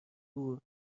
دور